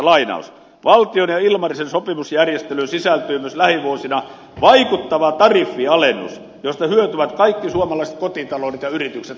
valtion ja ilmarisen sopimusjärjestelyyn sisältyy myös lähivuosina vaikuttava tariffialennus josta hyötyvät kaikki suomalaiset kotitaloudet ja yritykset